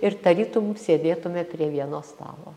ir tarytum sėdėtume prie vieno stalo